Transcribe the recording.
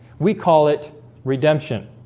we call it redemption